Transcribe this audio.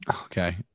Okay